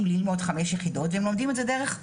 ללמוד חמש יחידות והם לומדים את זה בדרך וירטואלית.